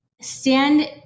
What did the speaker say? stand